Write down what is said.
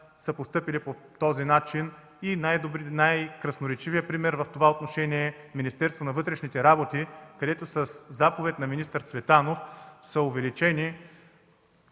са постъпили по този начин и най-красноречивият пример в това отношение е Министерството на вътрешните работи, където със заповед на министър Цветанов са увеличени